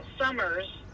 Summers